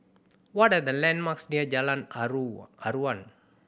what are the landmarks near Jalan Aruan